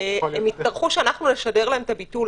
הם יצטרכו שאנחנו נשדר להם את הביטול.